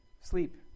sleep